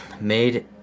made